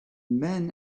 men